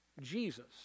Jesus